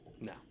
No